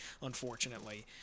unfortunately